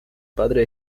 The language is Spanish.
padre